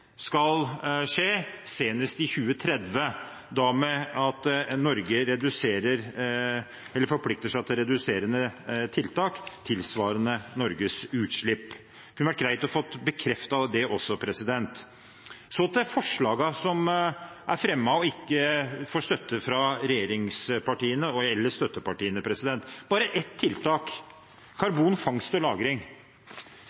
skal skje senest i 2030, da ved at Norge forplikter seg til reduserende tiltak tilsvarende Norges utslipp. Det kunne vært greit å få bekreftet det også. Så til forslagene som er fremmet, og som ikke får støtte fra regjeringspartiene eller støttepartiene: bare ett tiltak – karbonfangst og